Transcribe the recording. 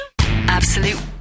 Absolute